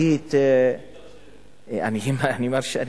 אם תרשה לי.